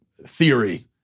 theory